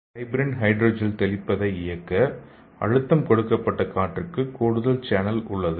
fibrin hydrogel தெளிப்பதை இயக்க அழுத்தம் கொடுக்கப்பட்ட காற்றுக்கு கூடுதல் சேனல் உள்ளது